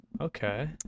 okay